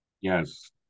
yes